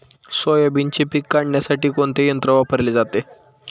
सोयाबीनचे पीक काढण्यासाठी कोणते यंत्र वापरले जाते?